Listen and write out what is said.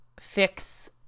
fix